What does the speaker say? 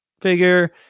figure